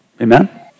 Amen